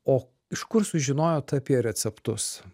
o iš kur sužinojot apie receptus